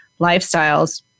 lifestyles